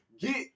Get